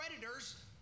creditors